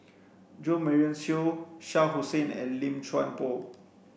Jo Marion Seow Shah Hussain and Lim Chuan Poh